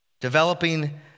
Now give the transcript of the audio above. Developing